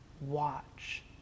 watch